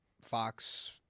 Fox